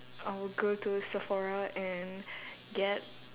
I would go to a sephora and get